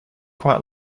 quite